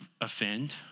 offend